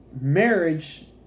marriage